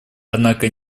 однако